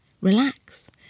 relax